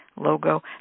logo